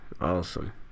awesome